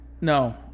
No